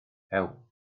hewl